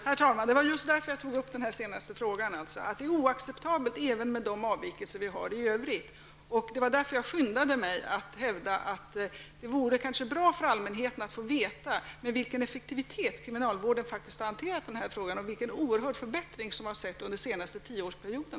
Herr talman! Det är just därför jag tog upp den senaste frågan. Även avvikanden i övrigt är oacceptabla. Det är därför jag skyndade mig att hävda att det kanske vore bra för allmänheten att få veta med vilken effektivitet kriminalvården faktiskt har hanterat denna fråga och vilka oerhörda förbättringar som skett bara under den senaste tioårsperioden.